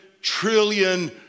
trillion